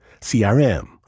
CRM